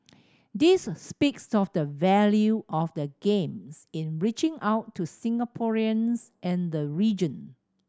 this speaks of the value of the Games in reaching out to Singaporeans and the region